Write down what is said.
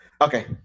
Okay